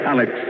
Alex